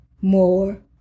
more